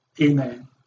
Amen